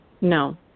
No